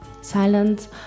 silence